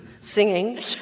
singing